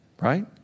Right